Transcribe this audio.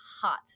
hot